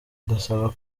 ndasaba